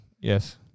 Yes